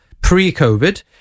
pre-covid